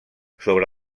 sobre